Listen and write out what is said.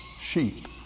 sheep